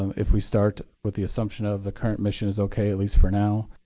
if we start with the assumption of the current mission is ok, at least for now,